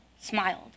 smiled